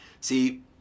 See